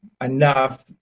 enough